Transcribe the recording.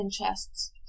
interests